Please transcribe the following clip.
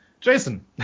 Jason